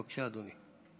בבקשה, אדוני.